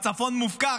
הצפון מופקר,